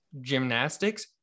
gymnastics